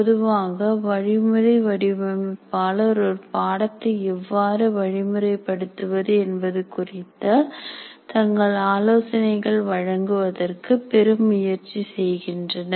பொதுவாக வழிமுறை வடிவமைப்பாளர் ஒரு பாடத்தை எவ்வாறு வழிமுறை படுத்துவது என்பது குறித்த தங்கள் ஆலோசனைகள் வழங்குவதற்கு பெரும் முயற்சி செய்கின்றனர்